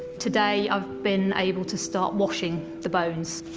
today, i've been able to start washing the bones.